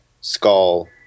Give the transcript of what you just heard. skull